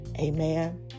Amen